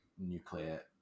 nuclear